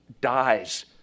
dies